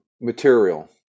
material